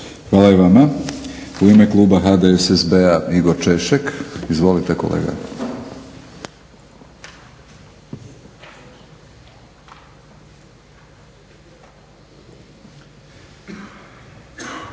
Hvala i vama. U ime Kluba HDSSB-a Igor Češek. Izvolite kolega.